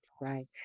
right